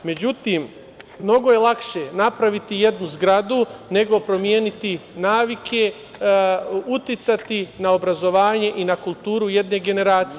Međutim, mnogo je lakše napraviti jednu zgradu nego promeniti navike, uticati na obrazovanje i na kulturu jedne generacije.